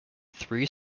three